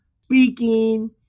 speaking